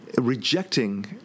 rejecting